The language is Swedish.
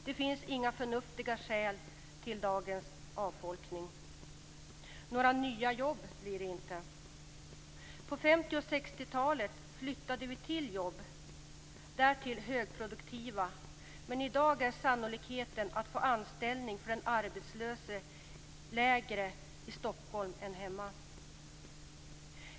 Det finns inga förnuftiga skäl till dagens avfolkning. Några nya jobb blir det inte. På 50 och 60-talet flyttade vi till jobb, därtill högproduktiva sådana, men i dag är sannolikheten för den arbetslösa att få en anställning lägre i Stockholm än hemma.